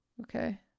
Okay